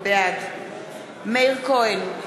בעד מאיר כהן,